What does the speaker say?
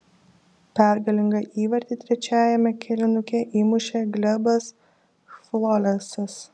pergalingą įvartį trečiajame kėlinuke įmušė glebas chvolesas